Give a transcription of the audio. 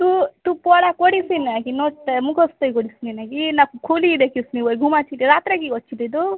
তু তু পড়া করিসই নাকি নোটস মুখস্তই করিস নি নাকি না খুলিই দেখিস নি বল ঘুমাচ্ছি তো রাত্রে কী করছিলি তু